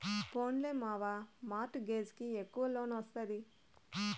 పోన్లే మావా, mortgage కి ఎక్కవ లోన్ ఒస్తాది